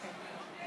אוקיי.